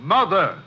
Mother